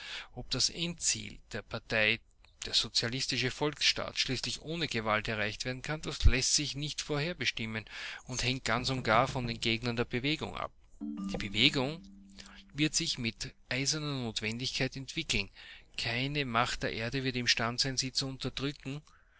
das endziel der partei der sozialistische volksstaat schließlich ohne gewalt erreicht werden kann das läßt sich nicht vorher bestimmen und hängt ganz und gar von den gegnern der bewegung ab die bewegung wird sich mit eiserner notwendigkeit entwickeln keine macht der erde wird imstande sein sie zu unterdrücken